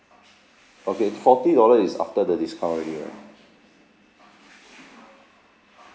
okay forty dollar is after the discount already right